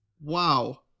Wow